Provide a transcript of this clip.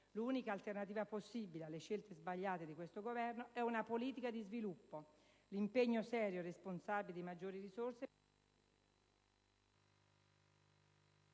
L'unica alternativa possibile alle scelte sbagliate di questo Governo è una politica di sviluppo: l'impegno serio e responsabile di maggiori risorse